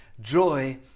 joy